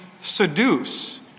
seduce